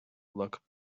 look